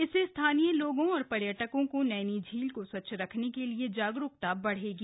इससे स्थानीय लोगों और पर्यटकों को नैनीझील को स्वच्छ रखने के लिए जागरूकता बढ़ेगी